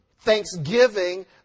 thanksgiving